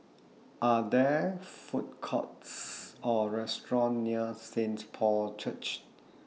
Are There Food Courts Or Restaurant near Saint Paul Church